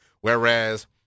whereas